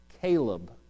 Caleb